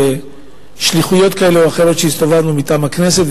בשליחויות כאלה ואחרות כשהסתובבנו מטעם הכנסת.